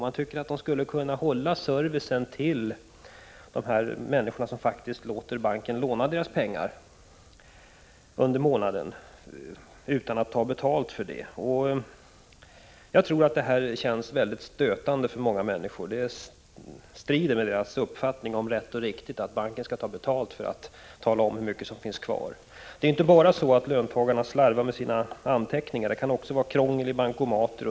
Jag tycker att de skulle kunna ge service utan att ta betalt för detta till de människor som faktiskt låter banken låna deras pengar under månaden. Jag tror att det för många människor är stötande att bankerna har serviceavgifter. Att banken tar betalt för att tala om hur mycket som finns kvar på kontot strider mot människors uppfattning om vad som är rätt och riktigt. Det är inte bara på grund av att löntagarna slarvar med sina anteckningar som det kan finnas behov av en kontouppgift.